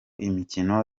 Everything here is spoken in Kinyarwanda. imikino